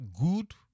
good